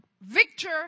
victor